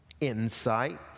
insight